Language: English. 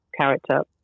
character